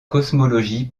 cosmologie